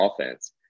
offense